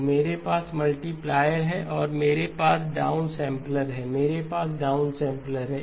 तो मेरे पास मल्टीप्लायर है और फिर मेरे पास डाउन सैंपलर है मेरे पास डाउन सैंपलर है